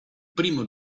primo